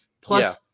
Plus